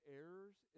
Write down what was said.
errors